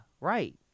right